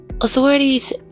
Authorities